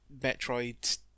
Metroid